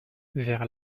vers